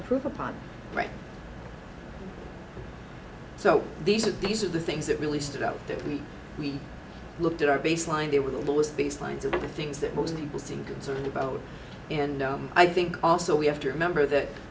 improve upon right so these are these are the things that really stood out to me we looked at our baseline they were the lowest bass lines of the things that most people seem concerned about and i think also we have to remember that